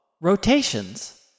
rotations